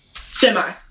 semi